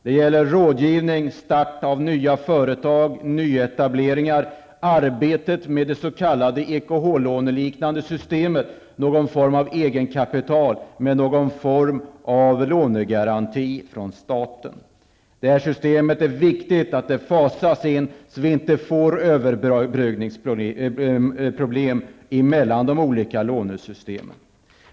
Det gäller rådgivning vid start av nya företag, nyetableringar, och arbetet med de nya lånen, som liknar EKH lånen, någon form av egenkapital i småföretag och med lånegaranti från staten. Det är viktigt att detta system fasas in, så att vi inte får problem med överbryggningen mellan de olika lånesystemen.